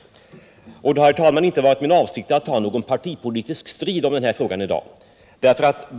Det har inte varit min avsikt att ta upp någon partipolitisk strid om denna fråga.